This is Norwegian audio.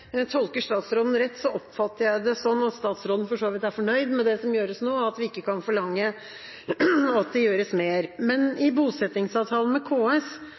vidt er fornøyd med det som gjøres nå, og at vi ikke kan forlange at det gjøres mer. Men i bosettingsavtalen med KS